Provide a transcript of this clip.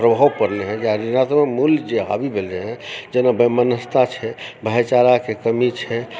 प्रभाव परलय हऽ ऋणात्मक मूल्य जे हावी भेलय हन जेना वैमनस्यता छै भाइचाराके कमी छै